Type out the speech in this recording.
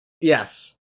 yes